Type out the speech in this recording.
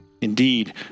Indeed